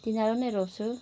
तिनीहरू नै रोप्छु